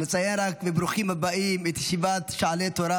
נציין רק בברוכים הבאים את ישיבת שעלי תורה,